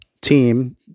team